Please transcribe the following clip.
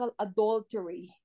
adultery